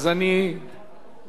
זה נרשם